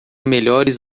melhores